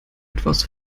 etwas